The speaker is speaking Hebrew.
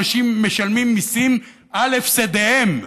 אנשים משלמים מיסים על הפסדיהם.